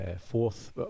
fourth